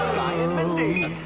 um mindy.